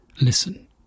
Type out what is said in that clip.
listen